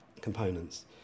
components